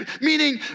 Meaning